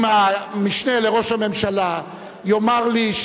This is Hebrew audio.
אם המשנה לראש הממשלה יאמר לי,